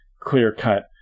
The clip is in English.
clear-cut